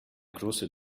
große